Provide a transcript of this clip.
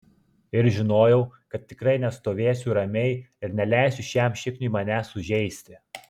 ir žinojau kad tikrai nestovėsiu ramiai ir neleisiu šiam šikniui manęs sužeisti